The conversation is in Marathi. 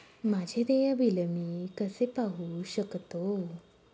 माझे देय बिल मी कसे पाहू शकतो?